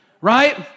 right